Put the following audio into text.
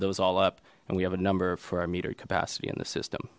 those all up and we have a number for our meter capacity in the system